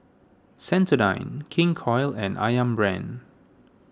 Sensodyne King Koil and Ayam Brand